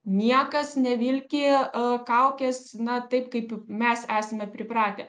niekas nevilki e kaukės na taip kaip mes esame pripratę